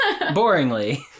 Boringly